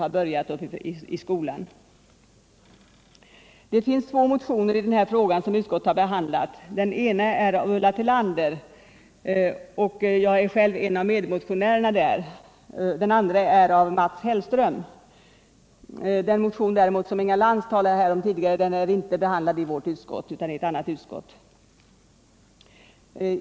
I denna fråga har väckts två motioner, som utskottet har behandlat. Den ena motionen har väckts av Ulla Tillander, där jag själv är en av medmotionärerna, och den andra av Mats Hellström. Den motion som Inga Lantz talade om tidigare har däremot inte behandlats i vårt utskott utan i ett annat.